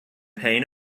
pain